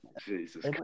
Jesus